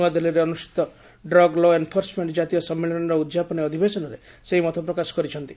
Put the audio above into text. ନୂଆଦିଲ୍ଲୀରେ ଅନୁଷ୍ଠିତ drug law' enforcement ଜାତୀୟ ସମ୍ମିଳନୀର ଉଦ୍ଯାପନୀ ଅଧିବେଶନରେ ସେ ଏହି ମତପ୍ରକାଶ କରିଛନ୍ତି